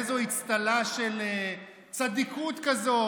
באיזו אצטלה של צדיקות כזאת.